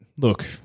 Look